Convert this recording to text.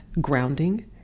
grounding